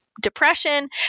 depression